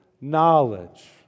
knowledge